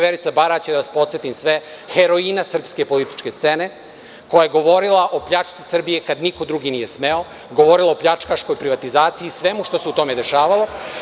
Verica Barać je, da vas podsetim sve, heroina srpske političke scene koja je govorila o pljački Srbije kada niko drugi nije smeo, govorila o pljačkaško privatizaciji, svemu tome što se dešavalo.